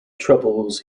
troubles